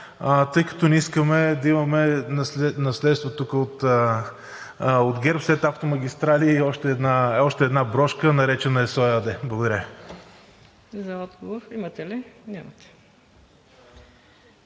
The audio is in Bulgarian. тъй като не искаме да имаме наследство тук от ГЕРБ – след „Автомагистрали“ още една брошка, наречена ЕСО ЕАД. Благодаря